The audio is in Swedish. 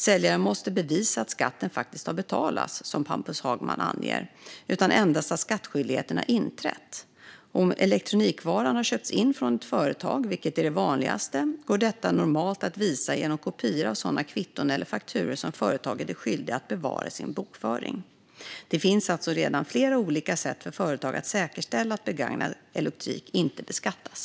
Säljaren måste inte bevisa att skatten faktiskt har betalats, som Hampus Hagman anger, utan endast att skattskyldigheten har inträtt. Om elektronikvaran har köpts in från ett företag, vilket är det vanligaste, går detta normalt att visa genom kopior av sådana kvitton eller fakturor som företaget är skyldigt att bevara i sin bokföring. Det finns alltså redan flera olika sätt för företag att säkerställa att begagnad elektronik inte beskattas.